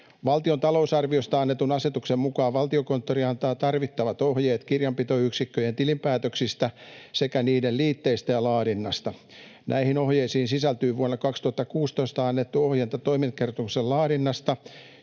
Valtion talousarviosta annetun asetuksen mukaan Valtiokonttori antaa tarvittavat ohjeet kirjanpitoyksikköjen tilinpäätöksistä sekä niiden liitteistä ja laadinnasta. Näihin ohjeisiin sisältyy vuonna 2016 annettu ohje toimintakertomuksen laadinnasta,